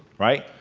right?